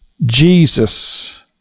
Jesus